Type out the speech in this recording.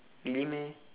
really meh